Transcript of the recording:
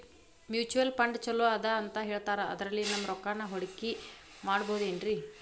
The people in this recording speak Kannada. ಮ್ಯೂಚುಯಲ್ ಫಂಡ್ ಛಲೋ ಅದಾ ಅಂತಾ ಹೇಳ್ತಾರ ಅದ್ರಲ್ಲಿ ನಮ್ ರೊಕ್ಕನಾ ಹೂಡಕಿ ಮಾಡಬೋದೇನ್ರಿ?